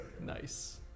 Nice